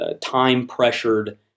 time-pressured